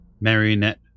marionette